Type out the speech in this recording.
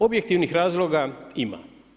Objektivnih razloga ima.